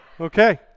Okay